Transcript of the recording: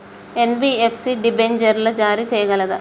NBFC డిబెంచర్లు జారీ చేయగలదా?